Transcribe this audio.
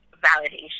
validation